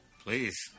Please